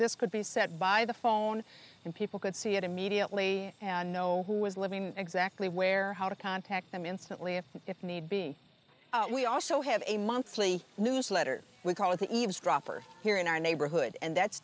this could be set by the phone and people could see it immediately know who was living exactly where how to contact them instantly and if need be we also have a monthly newsletter we call it the eavesdropper here in our neighborhood and that's